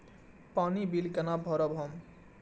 पानी बील केना भरब हम?